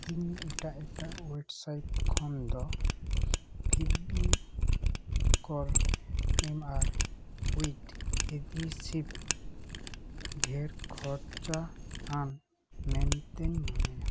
ᱤᱧ ᱮᱴᱟᱜ ᱮᱴᱟᱜ ᱳᱭᱮᱰᱥᱟᱭᱤᱵ ᱠᱷᱚᱱ ᱫᱚ ᱯᱷᱮᱵᱤ ᱠᱚᱞ ᱮᱢ ᱟᱨ ᱩᱭᱤᱴ ᱤᱫᱤᱥᱤᱯ ᱰᱷᱮᱨ ᱠᱷᱚᱨᱪᱟ ᱟᱱ ᱢᱮᱱᱛᱮᱧ ᱢᱚᱱᱮᱭᱟ